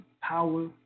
power